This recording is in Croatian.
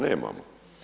Nemamo.